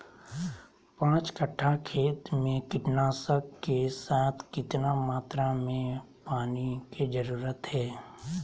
पांच कट्ठा खेत में कीटनाशक के साथ कितना मात्रा में पानी के जरूरत है?